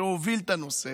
שהוביל את הנושא,